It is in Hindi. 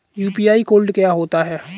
यू.पी.आई कोड क्या होता है?